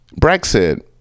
Brexit